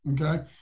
Okay